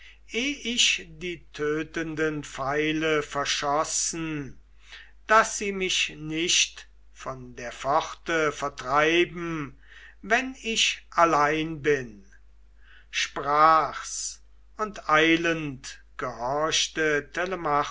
ich die tötenden pfeile verschossen daß sie mich nicht von der pforte vertreiben wenn ich allein bin sprach's und eilend gehorchte